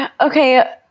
okay